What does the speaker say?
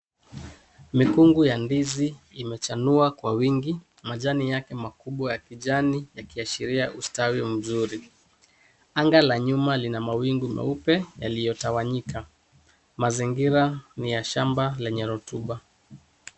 Mikungu ya ndizi imechanua kwa wingi, majani yake makubwa ya kijani yakiashiria ustawi mzuri. Anga la nyuma lina mawingu meupe yaliyotawanyika. Mazingira ni ya shamba lenye rotuba.